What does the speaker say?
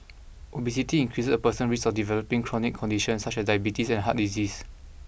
obesity increases a person's risk of developing chronic conditions such as diabetes and heart disease